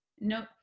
no